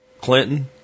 Clinton